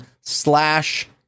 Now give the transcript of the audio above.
slash